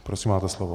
Prosím, máte slovo.